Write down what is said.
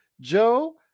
Joe